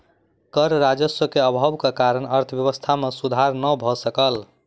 कर राजस्व के अभाव के कारण अर्थव्यवस्था मे सुधार नै भ सकल